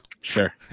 Sure